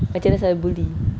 macam mana safian buli